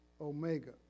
omega